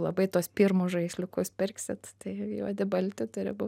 labai tuos pirmus žaisliukus pirksit tai juodi balti turi būt